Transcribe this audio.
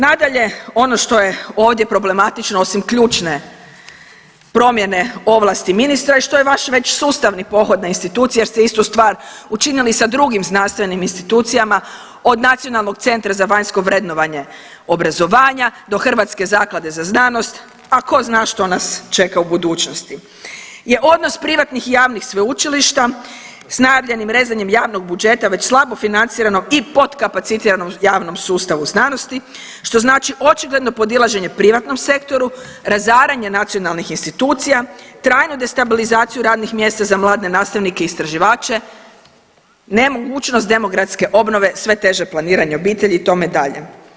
Nadalje, ono što je ovdje problematično osim ključne promjene ovlasti ministra i što je vaš već sustavni pohod na institucije jer ste istu stvar učinili sa drugim znanstvenim institucijama od Nacionalnog centra za vanjsko vrednovanje obrazovanja do Hrvatske zaklade za znanost, a ko zna što nas čeka u budućnosti, je odnos privatnih i javnih sveučilišta s najavljenim rezanjem javnog budžeta već slabo financiranom i potkapacitiranom javnom sustavu znanosti što znači očigledno podilaženje privatnom sektoru, razaranje nacionalnih institucija, trajnu destabilizaciju radnih mjesta za mlade nastavnike istraživače, nemogućnost demografske obnove, sve teže planiranje obitelji i tome dalje.